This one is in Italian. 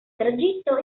tragitto